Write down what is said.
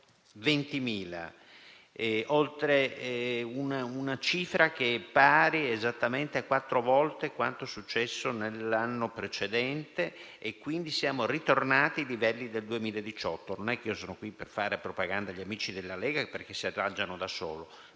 20.000, cifra che è pari esattamente a quattro volte quella dell'anno precedente, quindi siamo ritornati ai livelli del 2018. Non sono qui per fare propaganda agli amici della Lega perché si arrangiano da soli,